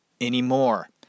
anymore